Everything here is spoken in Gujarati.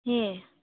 હેં